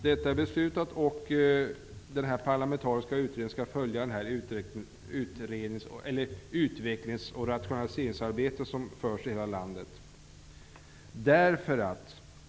Detta är beslutat, och den parlamentariska utredningen skall följa det utvecklings och rationaliseringsarbete som görs i hela landet.